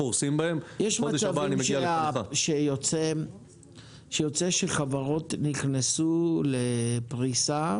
יש מצבים שיוצא שחברות נכנסו לפריסה